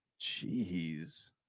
Jeez